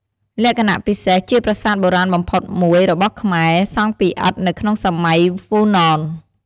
លក្ខណៈពិសេស ជាប្រាសាទបុរាណបំផុតមួយរបស់ខ្មែរ សង់ពីឥដ្ឋនៅក្នុងសម័យហ្វូណន។